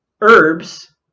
herbs